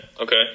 Okay